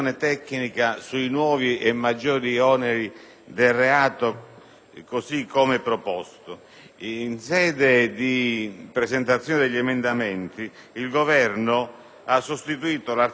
così come proposto.